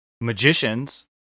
magicians